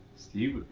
steve?